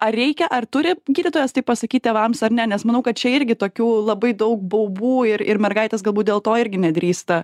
ar reikia ar turi gydytojas tai pasakyt tėvams ar ne nes manau kad čia irgi tokių labai daug baubų ir ir mergaitės galbūt dėl to irgi nedrįsta